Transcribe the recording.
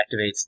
activates